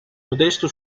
modesto